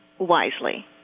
Wisely